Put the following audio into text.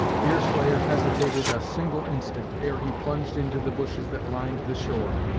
deerslayer hesitated a single instant, ere he plunged into the bushes that lined the shore.